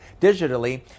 digitally